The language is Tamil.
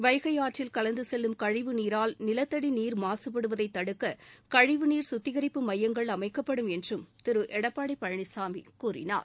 வைகைபாற்றில் கலந்தசெல்லும் கழிவுநீரால் நிலத்தடிநீர் மாசுபடுவதைதடுக்ககழிவு நீர் சுத்திகரிப்பு மையங்கள் அமைக்கப்படும் என்றும் திருஎடப்பாடிபழனிசாமிகூறினார்